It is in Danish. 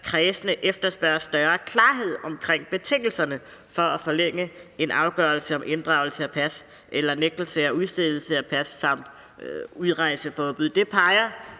Det peger